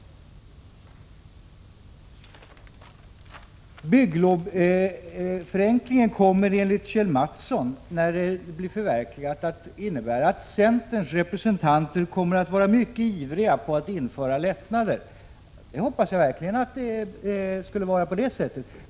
Bygglovsförenklingens genomförande skulle enligt Kjell Mattsson komma att innebära att centerns representanter skulle bli mycket ivriga att införa lättnader. Jag hoppas verkligen att detta skulle bli fallet.